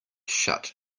shut